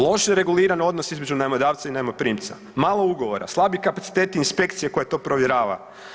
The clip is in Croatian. Loše reguliran odnos između najmodavca i najmoprimca, malo ugovora, slabi kapaciteti inspekcije koja to provjerava.